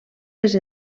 les